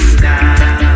now